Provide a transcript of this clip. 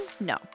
no